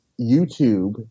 YouTube